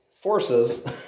forces